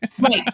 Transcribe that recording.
Right